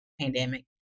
pandemic